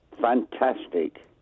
Fantastic